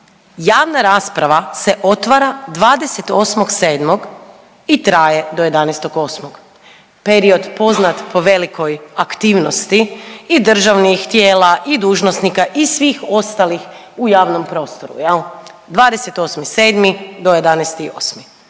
javna rasprava se otvara 28.7. i traje do 11.8. Period poznat po velikoj aktivnosti i državnih tijela i dužnosnika i svih ostalih u javnom prostoru 28.7. do 11.8.